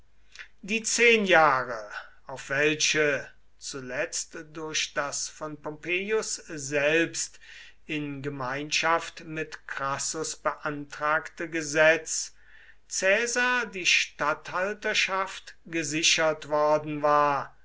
die zehn jahre auf welche zuletzt durch das von pompeius selbst in gemeinschaft mit crassus beantragte gesetz caesar die statthalterschaft gesichert worden war